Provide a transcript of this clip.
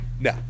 No